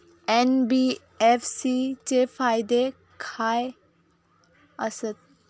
NBFC चे फायदे खाय आसत?